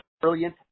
Brilliant